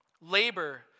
Labor